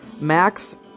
Max